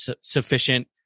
sufficient